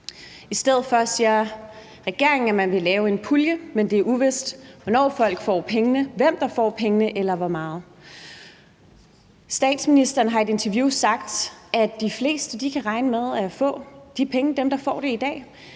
i stedet for vil lave en pulje, men det er uvist, hvornår folk får pengene, hvem der får pengene, og hvor mange. Statsministeren har i et interview sagt, at de fleste af dem, der får dem i dag,